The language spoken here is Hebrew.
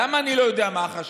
למה אני לא יודע מה החשש?